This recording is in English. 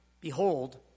behold